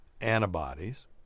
antibodies